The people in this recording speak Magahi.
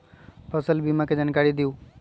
फसल बीमा के जानकारी दिअऊ?